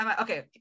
Okay